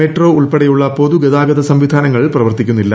metro ഉൾപ്പെടെയുള്ള പൊതുഗതാഗത സംവിധാനങ്ങൾ പ്രവർത്തിക്കുന്നില്ല